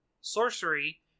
sorcery